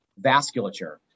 vasculature